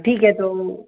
ठीक है तो